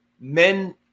men